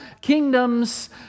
kingdoms